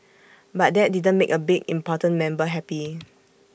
but that didn't make A big important member happy